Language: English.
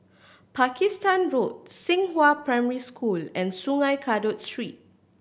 Pakistan Road Xinghua Primary School and Sungei Kadut Street